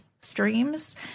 streams